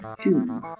two